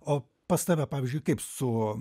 o pas tave pavyzdžiui kaip su